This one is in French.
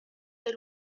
des